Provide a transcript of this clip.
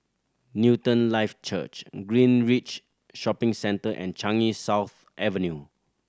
Newton Life Church Greenridge Shopping Centre and Changi South Avenue